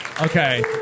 Okay